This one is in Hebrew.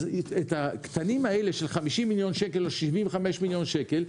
אז את הקטנים האלה של 50 מיליון שקל או של 75 מיליון שקל,